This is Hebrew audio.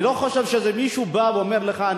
אני לא חושב שזה מישהו שבא ואומר לך: